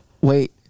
wait